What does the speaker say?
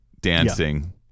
dancing